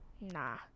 Nah